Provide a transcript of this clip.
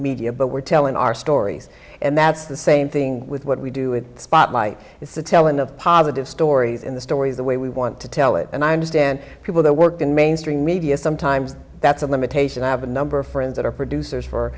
media but we're telling our stories and that's the same thing with what we do in spotlight it's the telling of positive stories in the stories the way we want to tell it and i understand people that work in mainstream media sometimes that's a limitation i have a number of friends that are producers fo